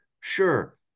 Sure